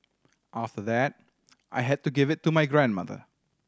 after that I had to give it to my grandmother